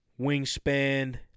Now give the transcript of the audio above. wingspan